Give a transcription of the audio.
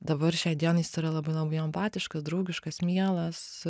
dabar šiai dienai jis yra labai labai empatiškas draugiškas mielas